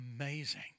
amazing